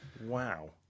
Wow